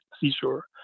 Seashore